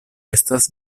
estas